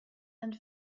and